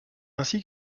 ainsi